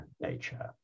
nature